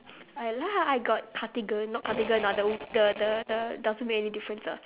ya lah I got cardigan not cardigan ah the the the the doesn't make any difference ah